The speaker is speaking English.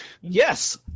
Yes